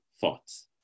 thoughts